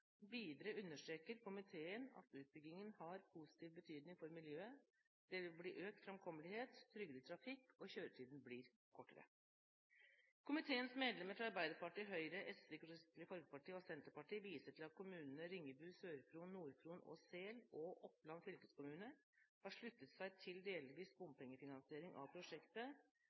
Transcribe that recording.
Videre understreker komiteen at utbyggingen har positiv betydning for miljøet. Det vil bli økt framkommelighet, tryggere trafikk og kjøretiden blir kortere. Komiteens medlemmer fra Arbeiderpartiet, Høyre, SV, Kristelig Folkeparti og Senterpartiet viser til at kommunene Ringebu, Sør-Fron, Nord-Fron og Sel og Oppland fylkeskommune har sluttet seg til delvis bompengefinansiering av prosjektet,